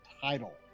title